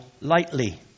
lightly